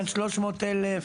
אין 300,000,